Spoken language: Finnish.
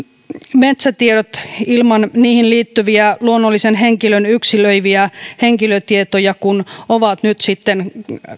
metsätiedot ilman niihin liittyviä luonnollisen henkilön yksilöiviä henkilötietoja ovat nyt sitten